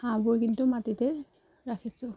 হাঁহবোৰ কিন্তু মাটিতেই ৰাখিছোঁ